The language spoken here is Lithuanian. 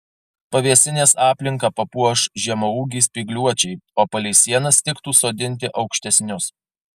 pavėsinės aplinką papuoš žemaūgiai spygliuočiai o palei sienas tiktų sodinti aukštesnius